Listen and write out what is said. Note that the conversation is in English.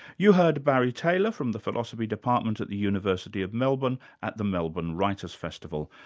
you heard barry taylor from the philosophy department at the university of melbourne, at the melbourne writers' festival.